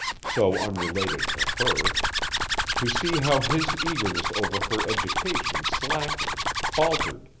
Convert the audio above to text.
so unrelated to her to see how his eagerness over her education slackened, faltered,